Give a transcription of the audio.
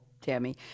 Tammy